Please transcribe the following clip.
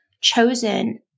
chosen